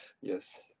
Yes